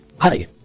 Hi